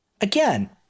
again